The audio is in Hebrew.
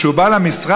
וכשהוא בא למשרד,